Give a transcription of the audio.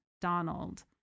donald